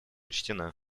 учтена